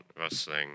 wrestling